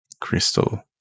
Crystal